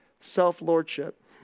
Self-lordship